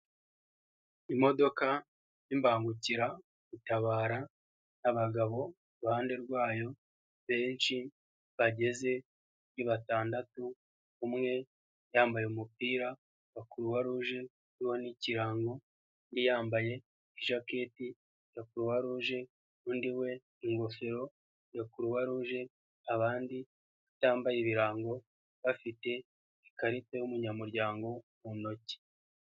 Imodoka y'imbangukira gutabara abagabo iruhande rwayo benshi bageze kuri batandatu, umwe yambaye umupira wa kuruwa ruje uriho n'ikirango, undi yambaye ijaketi ya kuruwa ruje undi we ingofero ya kuruwa ruje, abandi batambaye ibirango bafite ikarita y'umunyamuryango mu ntoki.